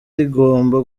rigomba